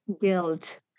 guilt